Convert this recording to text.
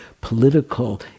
political